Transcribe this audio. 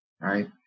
right